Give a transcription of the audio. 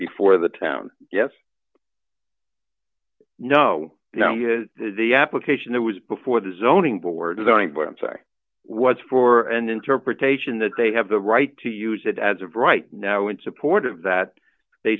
before the town yes no now has the application that was before the zoning board zoning board i'm sorry was for an interpretation that they have the right to use it as of right now in support of that they